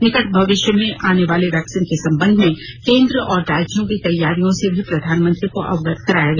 निकट भविष्य में आने वाले वैक्सीन के संबंध में केन्द्र और राज्यों की तैयारियों से भी प्रधानमंत्री को अवगत कराया गया